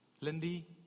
Lindy